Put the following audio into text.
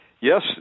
yes